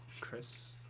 Chris